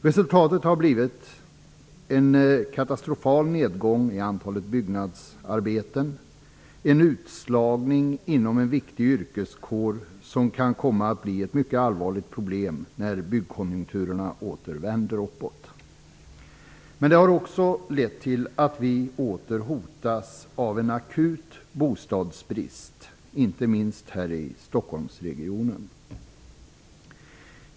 Resultatet har blivit en katastrofal nedgång i antalet byggnadsarbeten - en utslagning inom en viktig yrkeskår som kan komma att bli ett mycket allvarligt problem när byggkonjunkturerna åter vänder uppåt. Det här har också lett till att vi åter hotas av en akut bostadsbrist, inte minst i Stockholmsregionen.